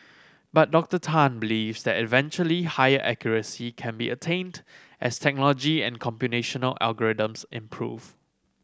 but Doctor Tan believes that eventually higher accuracy can be attained as technology and computational algorithms improve